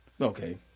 Okay